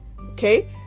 Okay